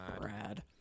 Brad